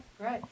great